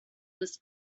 this